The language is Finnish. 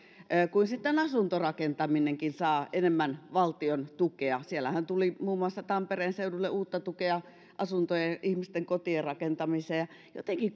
kuin sitten asuntorakentaminenkin saavat enemmän valtion tukea siellähän tuli tampereen seudulle uutta tukea muun muassa asuntojen ihmisten kotien rakentamiseen